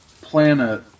planet